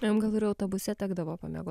o jum gal ir autobuse tekdavo pamiegot